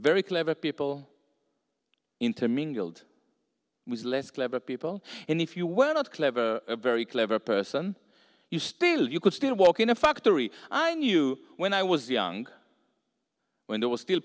very clever people intermingled with less clever people and if you were not clever very clever person you still you could still work in a factory i knew when i was young when there was still